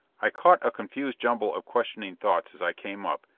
i caught a confused jumble of questioning thoughts as i came up,